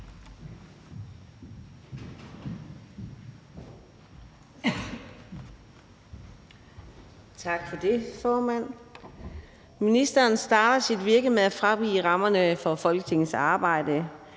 Ministeren starter sit virke med at fravige rammerne for Folketingets arbejde,